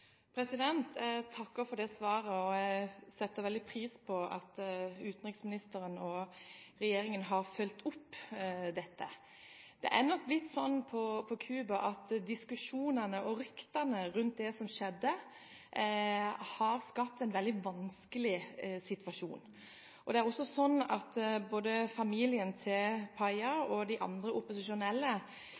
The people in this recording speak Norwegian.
Jeg takker for det svaret, og jeg setter veldig pris på at utenriksministeren og regjeringen har fulgt opp dette. Det er nok slik på Cuba at diskusjonene og ryktene rundt det som skjedde, har skapt en veldig vanskelig situasjon. I tillegg er både familien til Payá og de andre opposisjonelle,